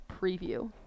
Preview